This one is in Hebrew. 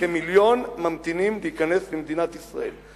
כמיליון ממתינים להיכנס למדינת ישראל.